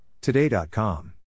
Today.com